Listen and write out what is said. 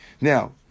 Now